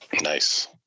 Nice